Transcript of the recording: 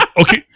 Okay